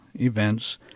events